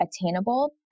attainable